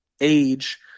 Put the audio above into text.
age